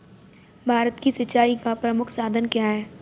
भारत में सिंचाई का प्रमुख साधन क्या है?